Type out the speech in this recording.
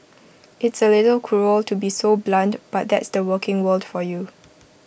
it's A little cruel to be so blunt but that's the working world for you